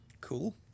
Cool